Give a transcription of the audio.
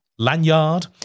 lanyard